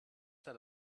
that